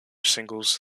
singles